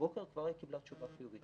הבוקר היא כבר קיבלה תשובה חיובית.